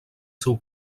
seu